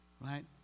right